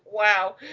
Wow